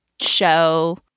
show